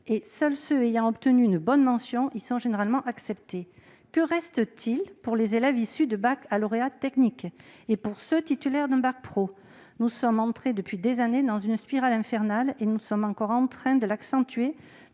et seuls ceux qui ont obtenu une bonne mention y sont généralement acceptés. Que reste-t-il pour les élèves issus de baccalauréats techniques et pour les élèves titulaires d'un « bac pro »? Nous sommes entrés depuis des années dans une spirale infernale, que nous allons accentuer